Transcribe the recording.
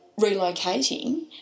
relocating